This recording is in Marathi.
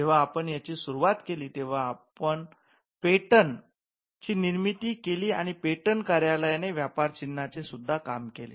जेव्हा आपण याची सुरुवात केली तेव्हा आपण पेटंट शोधावरचा हक्क ची निर्मिती केली आणि पेटंट कार्यालय ने व्यापार चिन्हाचे सुद्धा काम केले